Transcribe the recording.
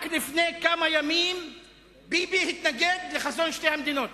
רק לפני כמה ימים ביבי התנגד לחזון שתי המדינות.